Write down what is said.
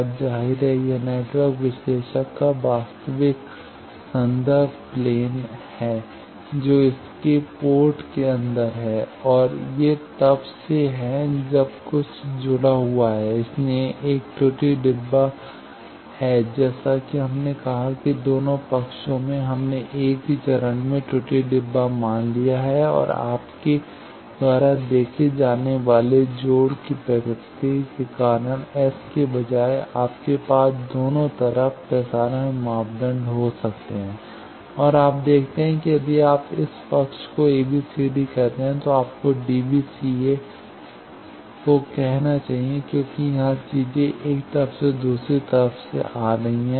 अब जाहिर है यह नेटवर्क विश्लेषक का वास्तविक वास्तविक संदर्भ प्लेन है जो इसके पोर्ट के अंदर है और ये तब से हैं जब कुछ जुड़ा हुआ है इसलिए एक त्रुटि डब्बा है जैसा कि हमने कहा कि दोनों पक्षों में हमने एक ही चरण में त्रुटि डब्बा मान लिया है आपके द्वारा देखे जाने वाले जोड़ की प्रकृति के कारण S के बजाय आपके पास दोनों तरफ प्रसारण मापदंड हो सकते हैं और आप देखते हैं कि यदि आप इस पक्ष को ABCD कहते हैं तो आपको DBCA को कहना चाहिए क्योंकि यहां चीजें एक तरफ से दूसरी तरफ से यहां आ रही हैं